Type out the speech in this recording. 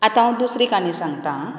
आतां हांव दुसरी काणी सांगतां आं